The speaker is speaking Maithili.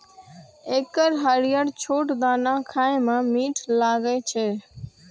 एकर हरियर छोट दाना खाए मे मीठ लागै छै